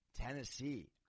Tennessee